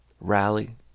rally